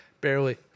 Barely